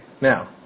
Now